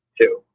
two